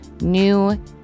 new